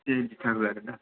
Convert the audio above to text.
आरो ना